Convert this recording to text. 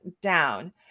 down